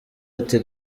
ati